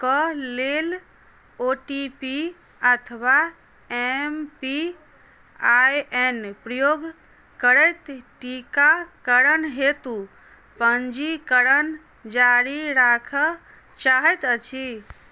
के लेल O T P अथवा एम पी आइ एन प्रयोग करैत टीकाकरण हेतु पंजीकरण जारी राखय चाहैत अछि